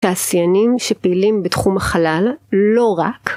תעשיינים שפעילים בתחום החלל לא רק